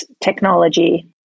technology